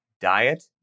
diet